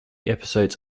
episodes